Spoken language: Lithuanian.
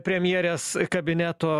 premjerės kabineto